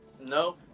No